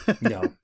No